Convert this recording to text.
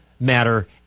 matter